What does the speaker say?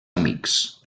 amics